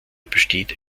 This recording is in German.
besteht